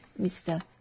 Mr